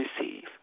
receive